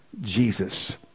Jesus